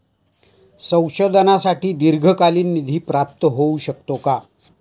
संशोधनासाठी दीर्घकालीन निधी प्राप्त होऊ शकतो का?